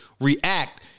react